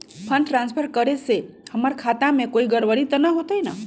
Fund transfer करे से हमर खाता में कोई गड़बड़ी त न होई न?